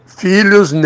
filhos